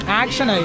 action